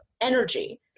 energy